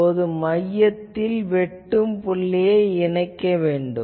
இப்போது மையத்திலிருந்து இந்த வெட்டும் புள்ளியை இணைக்க வேண்டும்